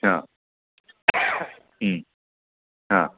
हां हां